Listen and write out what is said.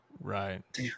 Right